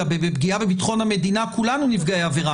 בפגיעה בביטחון המדינה כולנו נפגעי עבירה.